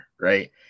right